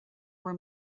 bhur